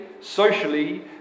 socially